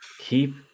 keep